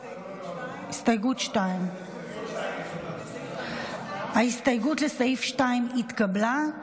הסתייגות 2. הסתייגות 2. ההסתייגות לסעיף 2 התקבלה.